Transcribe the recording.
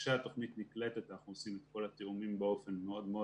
כשהתוכנית נקלטת אנחנו עושים את כל התאומים באופן מאוד מאוד